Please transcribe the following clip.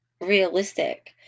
realistic